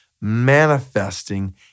manifesting